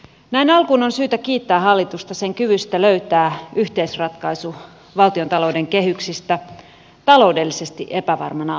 näin alkuun on syytä kiittää hallitusta sen kyvystä löytää yhteisratkaisu valtiontalouden kehyksistä taloudellisesti epävarmana aikana